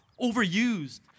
overused